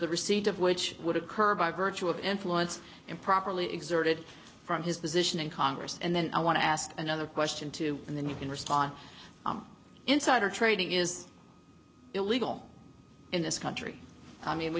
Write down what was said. the receipt of which would occur by virtue of influence improperly exerted from his position in congress and then i want to ask another question too and then you can respond insider trading is illegal in this country i